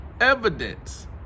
evidence